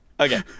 Okay